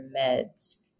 meds